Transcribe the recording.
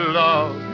love